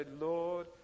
Lord